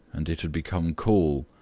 and it had become cool.